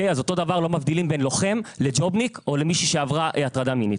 אז אותו דבר לא מבדילים בין לוחם לג'ובניק או מישהי שעברה הטרדה מינית.